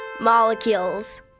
Molecules